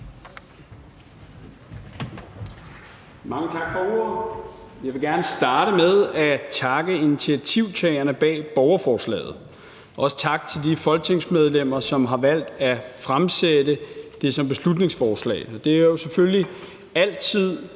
Mange tak for ordet. Jeg vil gerne starte med at takke initiativtagerne bag borgerforslaget, og jeg vil også takke de folketingsmedlemmer, som har valgt at fremsætte det som beslutningsforslag. Det er selvfølgelig altid